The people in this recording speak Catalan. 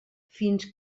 fins